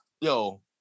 yo